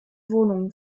wohnungen